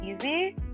easy